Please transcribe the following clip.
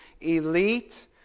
elite